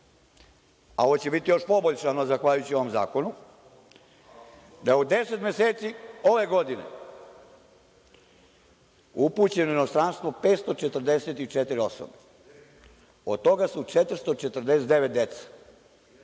a ovo će biti još poboljšano zahvaljujući ovom zakonu, da je u deset meseci ove godine upućeno u inostranstvo 544 osobe, od toga je 499 dece,